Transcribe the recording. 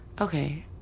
okay